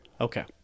Okay